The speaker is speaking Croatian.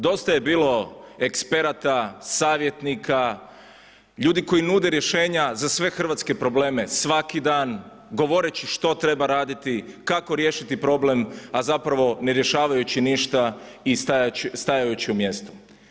Dosta je bilo eksperata, savjetnika, ljudi koji nude rješenja za sve hrvatske probleme svaki dan govoreći što treba raditi, kako riješiti problem, a zapravo ne rješavajući ništa i stajajući u mjestu.